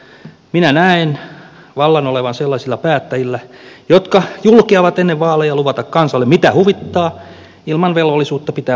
minä näen vallan olevan sellaisilla päättäjillä jotka julkeavat ennen vaaleja luvata kansalle mitä huvittaa ilman velvollisuutta pitää lupauksista kiinni